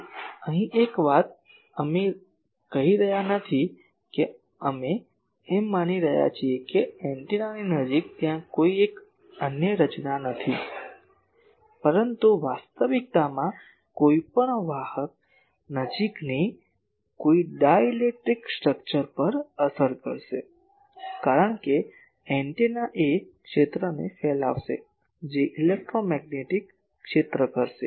પછી અહીં એક વાત અમે કહી રહ્યા નથી કે અમે એમ માની રહ્યા છીએ કે એન્ટેનાની નજીક ત્યાં કોઈ અન્ય રચના નથી પરંતુ વાસ્તવિકતામાં કોઈ પણ વાહક નજીકની કોઈ ડાઇલેક્ટ્રિક સ્ટ્રક્ચર અસર કરશે કારણ કે એન્ટેના એ ક્ષેત્રને ફેલાવશે જે ઇલેક્ટ્રોમેગ્નેટિક ક્ષેત્ર કરશે